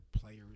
players